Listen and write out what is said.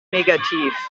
negativ